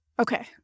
Okay